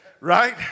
Right